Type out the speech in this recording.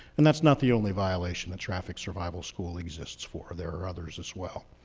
and that's not the only violation that traffic survival school exists for. there are others as well.